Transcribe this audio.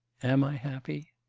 am i happy.